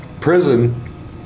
prison